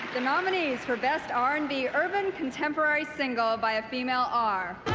the nominees for best r and b urban contemporary single by a female are